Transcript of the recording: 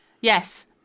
yes